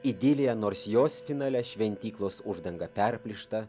idilija nors jos finale šventyklos uždanga perplyšta